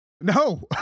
No